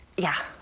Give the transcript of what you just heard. yeah,